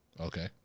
Okay